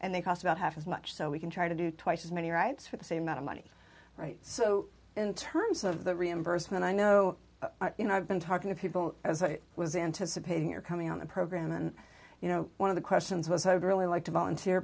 and they cost about half as much so we can try to do twice as many rights for the same amount of money right so in terms of the reimbursement i know you know i've been talking to people as i was anticipating your coming on the program and you know one of the questions was overly like to volunteer